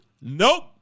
Nope